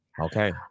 Okay